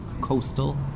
coastal